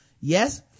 Yes